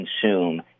consume